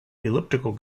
elliptical